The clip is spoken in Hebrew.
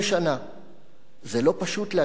"זה לא פשוט להגיד את מה שאני אומר,